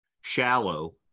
shallow